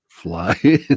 Fly